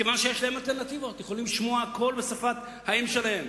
כיוון שיש להם אלטרנטיבות והם יכולים לשמוע הכול בשפת האם שלהם.